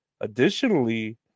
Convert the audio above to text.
Additionally